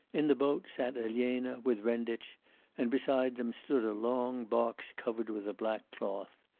in the boat sat elena with renditch and beside them stood a long box covered with a black cloth.